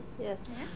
Yes